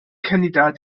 kandidat